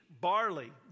barley